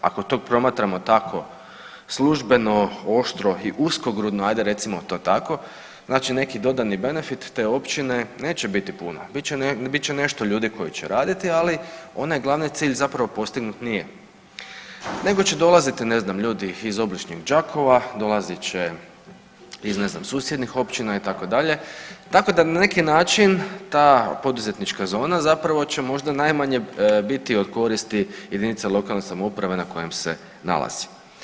Ako to promatramo tako službeno, oštro i uskogrudno adje recimo to tako neki dodani benefit te općine neće biti puno, bit će nešto ljudi koji će raditi, ali onaj glavni cilj zapravo postignut nije nego će dolaziti, ne znam iz obližnjeg Đakova, dolazit će iz ne znam susjednih općina itd. tako da na neki način ta poduzetnička zona zapravo će možda najmanje biti od koristi jedinice lokalne samouprave na kojem se nalazi.